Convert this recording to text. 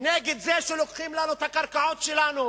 נגד זה שלוקחים לנו את הקרקעות שלנו.